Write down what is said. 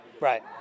Right